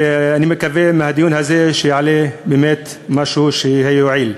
ואני מקווה שמהדיון הזה יעלה באמת משהו שיועיל.